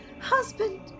husband